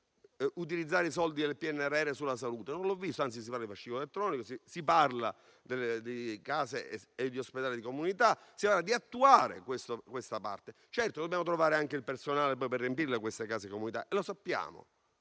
utilizzare i soldi del PNRR per la salute. Non l'ho visto scritto, anzi si parla del fascicolo elettronico, di case e di ospedali di comunità (si parla di attuare questa parte). Certamente, dobbiamo trovare anche il personale per riempire poi le case di comunità. Lo sappiamo,